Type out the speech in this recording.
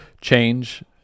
change